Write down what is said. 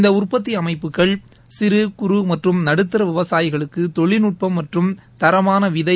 இந்த உற்பத்தி அமைப்புகள் சிறு குறு மற்றும் நடுத்தர விவசாயிகளுக்கு தொழில்நுட்பம் மற்றும் தரமானவிதை